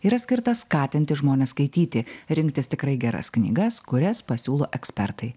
yra skirtas skatinti žmones skaityti rinktis tikrai geras knygas kurias pasiūlo ekspertai